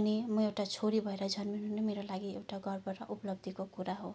अनि म एउटा छोरी भएर जन्मिनु नै मेरो लागि एउटा गर्व र उपलब्धिको कुरा हो